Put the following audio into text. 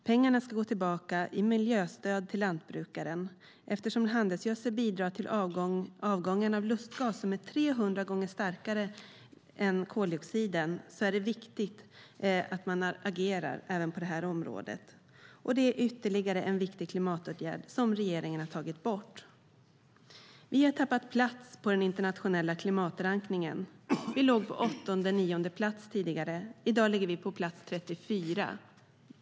Pengarna ska gå tillbaka i miljöstöd till lantbrukaren. Eftersom handelsgödsel bidrar till en avgång av lustgas, som är 300 gånger starkare än koldioxid, är det viktigt att man agerar även på det här området. Det är ytterligare en viktig klimatåtgärd som regeringen har tagit bort. Vi har tappat plats på den internationella klimatrankningen. Vi låg på åttonde och nionde plats tidigare. I dag ligger vi på plats 34.